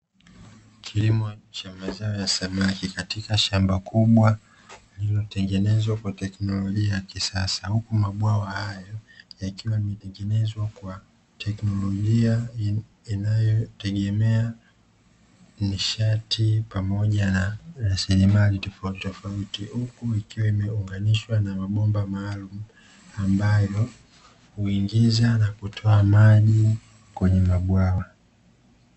Kilimo cha mazao ya samaki katika shamba kubwa lililotengenezwa kwa teknolojia ya kisasa, huku mabwawa hayo yakiwa yametengenezwa kwa teknolojia inayotegemea nishati pamoja na rasilimali tofauti tofauti, huku ikiwa imeunganishwa na mabomba maalumu ambayo huingiza na kutoa maji kwenye mabwawa.